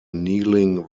kneeling